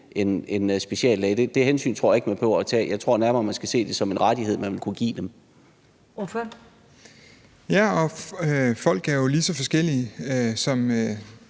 en speciallæge. Det hensyn tror jeg ikke man behøver tage. Jeg tror nærmere, man skal se det som en rettighed, man vil kunne give dem. Kl. 20:01 Første næstformand